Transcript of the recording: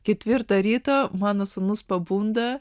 ketvirtą ryto mano sūnus pabunda